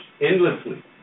endlessly